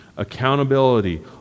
accountability